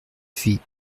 fit